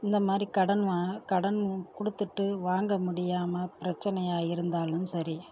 இந்த மாதிரி கடன் வா கடன் கொடுத்துட்டு வாங்க முடியாமல் பிரச்சினையா இருந்தாலும் சரி